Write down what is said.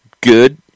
good